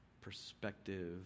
perspective